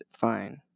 fine